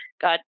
got